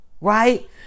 Right